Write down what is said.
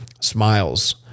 smiles